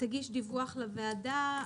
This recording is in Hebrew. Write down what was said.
תגיש דיווח לוועדה,